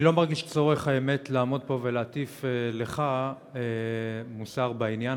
אני לא מרגיש צורך לעמוד פה ולהטיף לך מוסר בעניין,